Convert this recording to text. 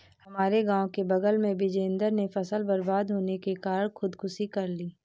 हमारे गांव के बगल में बिजेंदर ने फसल बर्बाद होने के कारण खुदकुशी कर ली